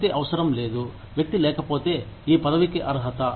వసతి అవసరం లేదు వ్యక్తి లేకపోతే ఈ పదవికి అర్హత